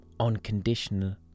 unconditional